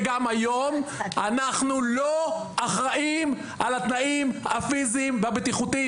גם היום: "אנחנו לא אחראים על התנאים הפיזיים והבטיחותיים".